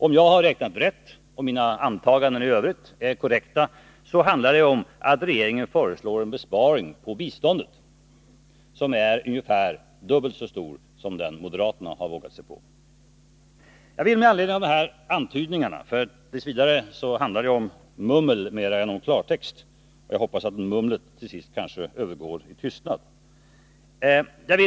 Om jag har räknat rätt och mina antaganden i övrigt är korrekta handlar det om att regeringen föreslår en inbesparing av biståndet som är ungefär dubbelt så stor som den moderaterna har vågat föreslå. Hittills har det handlat mer om mummel än om klartext, men jag hoppas att detta mummel till sist övergår i tystnad.